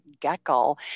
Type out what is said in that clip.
Geckle